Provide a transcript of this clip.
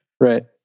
Right